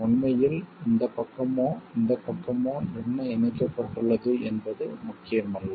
உண்மையில் இந்தப் பக்கமோ இந்தப் பக்கமோ என்ன இணைக்கப்பட்டுள்ளது என்பது முக்கியமல்ல